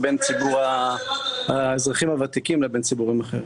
ובין ציבור האזרחים הוותיקים לבין ציבורים אחרים.